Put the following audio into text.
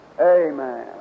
amen